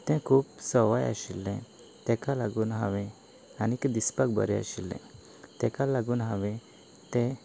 तें खूब सवाय आशिल्लें ताका लागून हांवें आनीक दिसपाक बरें आशिल्लें ताका लागून हांवें तें